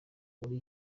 muri